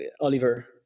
Oliver